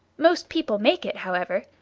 most people make it, however.